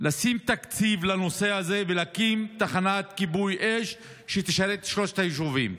לשים תקציב לנושא הזה ולהקים תחנת כיבוי אש שתשרת את שלושת היישובים.